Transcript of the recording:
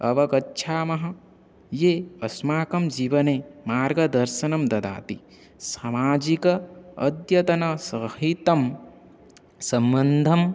अवगच्छामः ये अस्माकं जीवने मार्गदर्शनं ददाति सामाजिकम् अद्यतनसहितं सम्बन्धम्